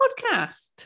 podcast